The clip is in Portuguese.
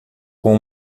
com